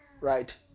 right